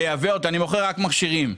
אני מוכר רק מכשירים.